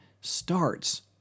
starts